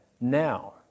now